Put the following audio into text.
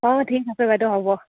অঁ ঠিক আছে বাইদেউ হ'ব